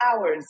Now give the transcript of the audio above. hours